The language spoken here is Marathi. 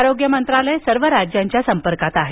आरोग्य मंत्रालय सर्व राज्यांच्या संपर्कात आहे